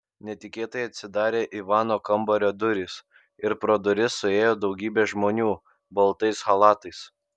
netikėtai atsidarė ivano kambario durys ir pro duris suėjo daugybė žmonių baltais chalatais